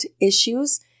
issues